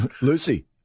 Lucy